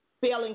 Failing